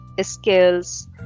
skills